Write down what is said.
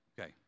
Okay